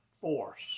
force